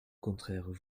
contraire